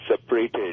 separated